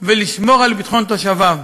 ולשמור על ביטחון תושביו.